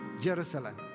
Jerusalem